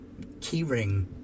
keyring